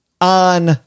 on